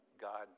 God